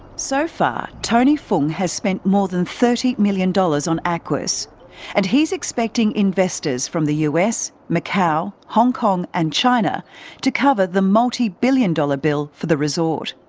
so far, tony fung has spent more than thirty million dollars on aquis and he's expecting investors from the us, macau, hong kong and china to cover the multi-billion dollar bill for the resort.